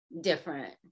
different